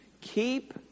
Keep